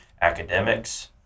academics